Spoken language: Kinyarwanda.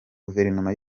guverinoma